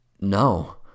No